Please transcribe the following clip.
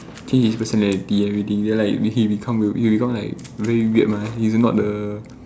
change his personality everything then like he become he'll become like very weird mah he's not the